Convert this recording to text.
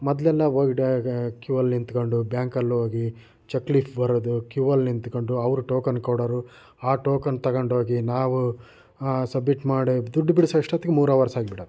ಮೊದಲೆಲ್ಲ ಹೋಗಿ ಕ್ಯೂ ಅಲ್ಲಿ ನಿಂತ್ಕೊಂಡು ಬ್ಯಾಂಕಲ್ಲಿ ಹೋಗಿ ಚೆಕ್ ಲೀಫ್ ಬರೆದು ಕ್ಯೂ ಅಲ್ಲಿ ನಿತ್ಕೊಂಡು ಅವ್ರು ಟೋಕನ್ ಕೊಡೋರು ಆ ಟೋಕನ್ ತಗೊಂಡೋಗಿ ನಾವು ಸಬ್ಮಿಟ್ ಮಾಡಿ ದುಡ್ಡು ಬಿಡಿಸೋ ಅಷ್ಟೊತ್ತಿಗೆ ಮೂರು ಹವರ್ಸ್ ಆಗ್ಬಿಡೋದು